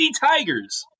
tigers